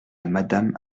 madame